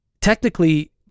technically